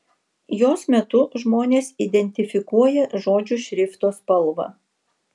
jos metu žmonės identifikuoja žodžių šrifto spalvą